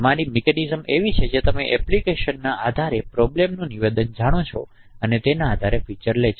તમારી મિકેનિઝમ એવી છે કે જે તમે એપ્લિકેશનના આધારે પ્રોબ્લેમનું નિવેદન જાણો છો તેના આધારે ફીચર લે છે